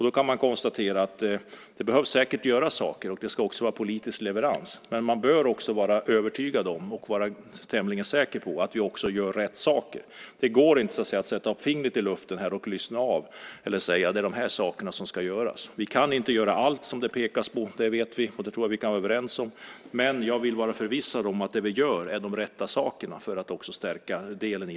Då kan man konstatera att det säkert behöver göras saker och att det också ska vara politisk leverans. Men man bör vara övertygad om och tämligen säker på att vi också gör rätt saker. Det går inte att sätta upp fingret i luften här, att lyssna av eller att säga att det är de här sakerna som ska göras. Vi kan inte göra allt som det pekas på. Det vet vi, och det tror jag att vi kan vara överens om. Men jag vill vara förvissad om att det vi gör är de rätta sakerna för att stärka det här.